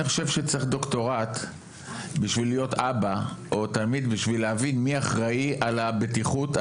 אני חושב שצריך דוקטורט בשביל להבין מי אחראי על הבטיחות.